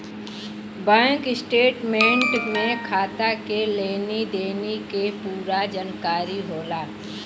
bank statement में खाता के लेनी देनी के पूरा जानकारी होला